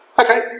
Okay